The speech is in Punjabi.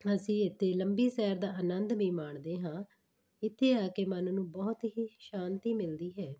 ਅਸੀਂ ਇੱਥੇ ਲੰਬੀ ਸੈਰ ਦਾ ਆਨੰਦ ਵੀ ਮਾਣਦੇ ਹਾਂ ਇੱਥੇ ਆ ਕੇ ਮਨ ਨੂੰ ਬਹੁਤ ਹੀ ਸ਼ਾਂਤੀ ਮਿਲਦੀ ਹੈ